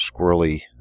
squirrely